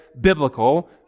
biblical